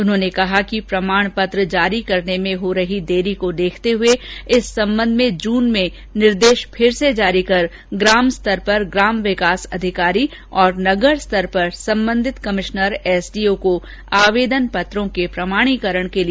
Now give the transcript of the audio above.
उन्होंने कहा कि प्रमाण पत्र जारी करने में हो रही देरी को देखते हुए इस संबंध में जून में निर्देश फिर से जारी कर ग्राम स्तर पर ग्राम विकास अधिकारी और नगर स्तर पर संबंधित कमिश्नर एसडीओ को आवेदन पत्रों के प्रमाणीकरण के लिए अधिकत किया गया